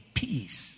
peace